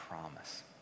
promise